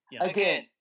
again